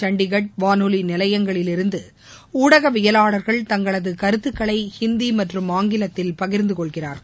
சண்டிகர் வானொலி நிலையங்களில் இருந்து ஊடகவியலாளர்கள் தங்களது கருத்துக்களை ஹிந்தி மற்றும் ஆங்கிலத்தில் பகிர்ந்துகொள்கிறார்கள்